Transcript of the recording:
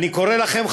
אני קורא לכם,